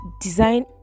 design